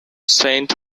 saint